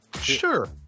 Sure